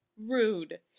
rude